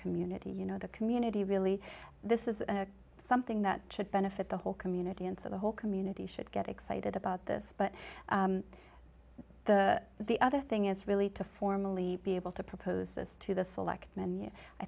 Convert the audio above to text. community you know the community really this is something that should benefit the whole community and so the whole community should get excited about this but the other thing is really to formally be able to propose this to the select men i